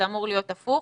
זה אמור להיות הפוך.